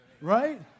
right